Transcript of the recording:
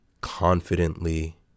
confidently